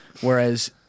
whereas